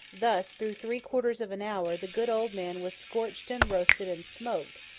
thus, through three-quarters of an hour, the good old man was scorched and roasted and smoked,